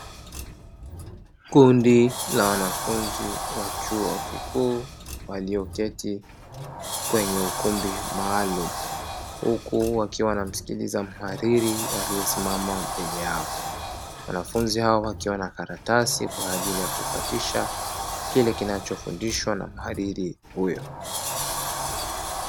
Kundi la wanafunzi wa chuo kikuu walioketi kwenye ukumbi maalumu, huku wakiwa wanamsikiliza mhariri aliyesimama mbele yao. Wanafunzi hao wakiwa na karatasi kwa ajili ya kufatisha kile kinachofundishwa na mhariri huyo.